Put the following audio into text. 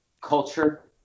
culture